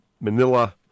Manila